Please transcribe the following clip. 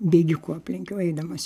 bėgikų aplenkiau eidamas